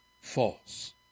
False